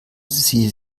sie